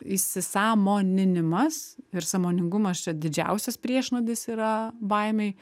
įsisąmoninimas ir sąmoningumas čia didžiausias priešnuodis yra baimei